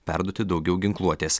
perduoti daugiau ginkluotės